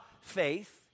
faith